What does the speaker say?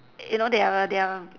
you know they are they are